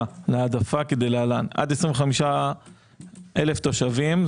להעדפה כדלהלן עד 25,000 תושבים,